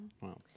Wow